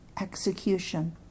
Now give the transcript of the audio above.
execution